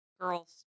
girls